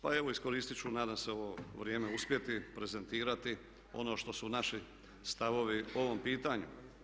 Pa evo iskoristiti ću, nadam se ovo vrijeme uspjeti prezentirati ono što su naši stavovi po ovom pitanju.